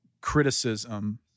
criticism